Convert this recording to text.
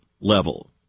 level